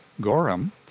Gorham